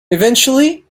eventually